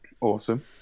awesome